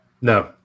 No